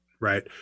right